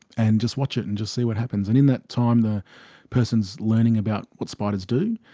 and just watch it and just see what happens. and in that time the person is learning about what spiders do,